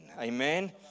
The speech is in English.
Amen